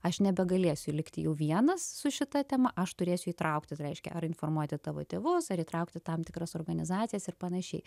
aš nebegalėsiu likti jau vienas su šita tema aš turėsiu įtraukti reiškia ar informuoti tavo tėvus ar įtraukti tam tikras organizacijas ir panašiai